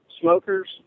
smokers